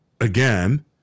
again